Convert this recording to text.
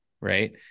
Right